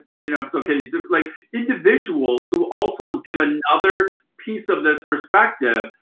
you know, so can you like individuals who also will give another piece of this perspective.